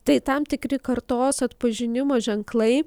tai tam tikri kartos atpažinimo ženklai